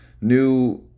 new